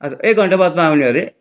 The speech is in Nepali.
अच्छा एक घन्टा बादमा आउने अरे